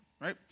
right